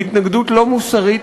היא התנגדות לא מוסרית,